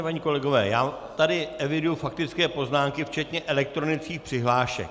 Vážení páni kolegové, já tady eviduji faktické poznámky včetně elektronických přihlášek.